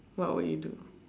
what will you do